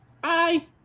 Bye